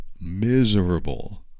miserable